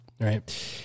Right